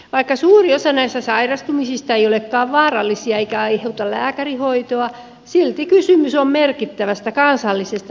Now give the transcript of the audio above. vaikka suuri osa näistä sairastumisista ei olekaan vaarallisia eikä aiheuta lääkärihoitoa silti kysymys on merkittävästä kansallisesta elintarviketurvallisuusriskistä